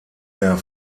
der